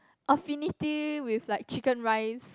affinity with like chicken rice